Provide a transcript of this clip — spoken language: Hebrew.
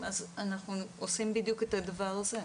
אז אנחנו עושים בדיוק את הדבר הזה.